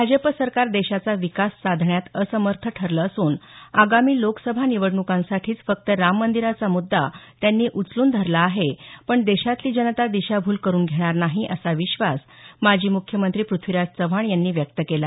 भाजप सरकार देशाचा विकास साधण्यात असमर्थ ठरलं असून आगामी लोकसभा निवडणुकांसाठीच फक्त राम मंदिराचा मुद्दा त्यांनी उचलून धरला आहे पण देशातली जनता दिशाभूल करुन घेणार नाही असा विश्वास माजी मुख्यमंत्री प्रथ्वीराज चव्हाण यांनी व्यक्त केला